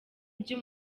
byo